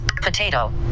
Potato